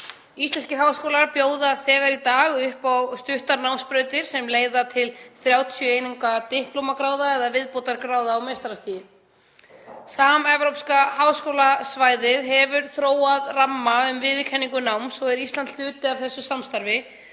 Íslenskir háskólar bjóða þegar í dag upp á stuttar námsbrautir sem leiða til 30 eininga diplómagráða eða viðbótargráða á meistarastigi. Samevrópska háskólasvæðið hefur þróað ramma um viðurkenningu náms og er Ísland hluti af þessu samstarfi